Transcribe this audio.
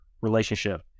relationship